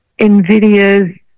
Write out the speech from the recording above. NVIDIA's